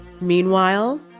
Meanwhile